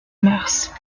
mœurs